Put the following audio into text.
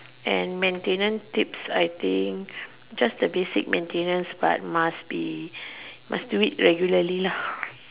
and maintenance tips I think just the basic maintenance but must be must do it regularly lah